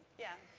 yeah.